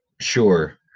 Sure